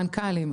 מנכ"לים,